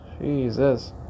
Jesus